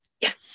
yes